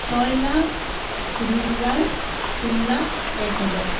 ছয় লাখ তিনি হাজাৰ তিনি লাখ এক হাজাৰ